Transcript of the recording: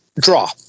draw